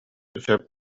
сөп